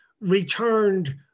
returned